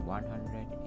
100